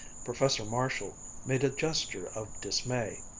professor marshall made a gesture of dismay.